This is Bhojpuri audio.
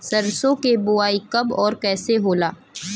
सरसो के बोआई कब और कैसे होला?